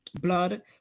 blood